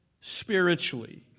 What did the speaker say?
Spiritually